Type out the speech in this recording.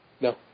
No